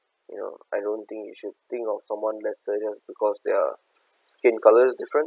you know I don't think you should think of someone less than yours because their skin colour is different